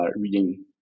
reading